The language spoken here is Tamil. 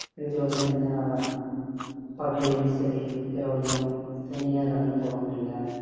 பெண்கள் வந்து தனியாக பகல்லையும் சரி இரவிலையும் தனியாக நடந்து போக முடியல